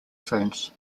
ferns